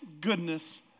goodness